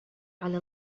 على